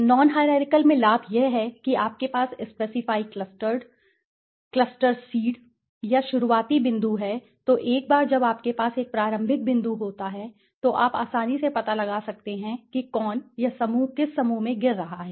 non hierarchical में लाभ यह है कि आपके पास स्पेसिफाई क्लस्टर सीड या शुरुआती बिंदु है तो एक बार जब आपके पास एक प्रारंभिक बिंदु होता है तो आप आसानी से पता लगा सकते हैं कि कौन सा समूह किस समूह में गिर रहा है